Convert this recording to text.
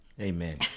Amen